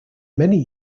many